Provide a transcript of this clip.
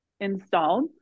installed